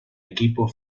equipo